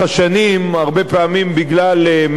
הרבה פעמים בגלל מגמות עולמיות,